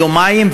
יומיים,